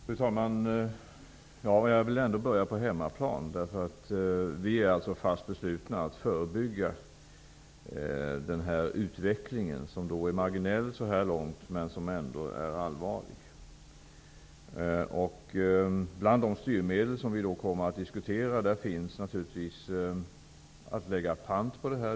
Fru talman! Jag vill börja med situationen på hemmaplan. Vi är fast beslutna att förebygga denna utveckling. Den är marginell så här långt, men den är ändå allvarlig. Bland de styrmedel som vi kommer att diskutera finns att lägga pant på detta.